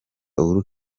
uhuru